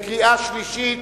קריאה שלישית,